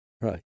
Right